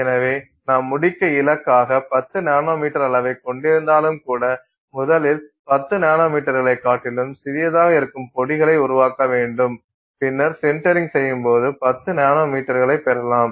எனவே நாம் முடிக்க இலக்காகக 10 நானோமீட்டர் அளவை கொண்டிருந்தாலும் கூட முதலில் 10 நானோமீட்டர்களைக் காட்டிலும் சிறியதாக இருக்கும் பொடிகளை உருவாக்க வேண்டும் பின்னர் சின்டரிங் செய்யும் போது 10 நானோமீட்டர்களைப் பெறலாம்